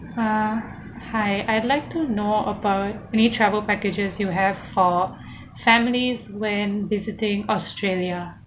ah hi I'd like to know about which travel packages you have for families when visiting australia